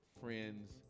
friends